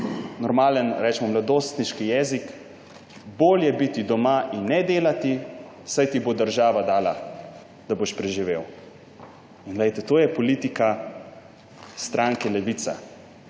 normalen, recimo mladostniški jezik: bolje biti doma in ne delati, saj ti bo država dala, da boš preživel. Poglejte, to je politika stranke Levica.